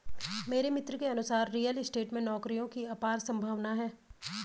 मेरे मित्र के अनुसार रियल स्टेट में नौकरियों की अपार संभावना है